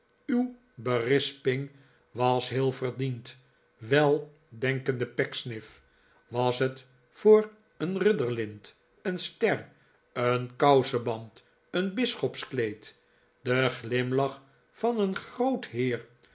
uw berisping was heel verdiend weldenkende pecksniff was het voor een ridderlint een ster een kousenband een bisschopskleed den glimlach van een groot heer